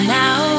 now